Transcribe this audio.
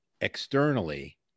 externally